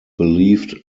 believed